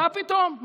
מה פתאום?